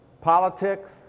politics